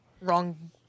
Wrong